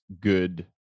good